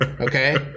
okay